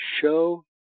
show